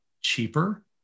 cheaper